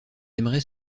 aimerait